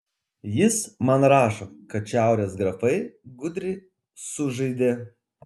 jis man rašo kad šiaurės grafai gudriai sužaidė